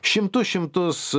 šimtų šimtus